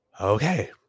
Okay